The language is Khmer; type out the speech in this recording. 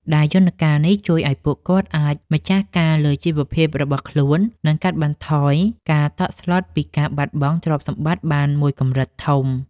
ដែលយន្តការនេះជួយឱ្យពួកគាត់អាចម្ចាស់ការលើជីវភាពរបស់ខ្លួន និងកាត់បន្ថយការតក់ស្លុតពីការបាត់បង់ទ្រព្យសម្បត្តិបានមួយកម្រិតធំ។